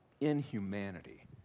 inhumanity